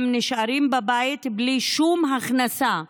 הם נשארים בבית בלי שום הכנסה.